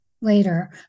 later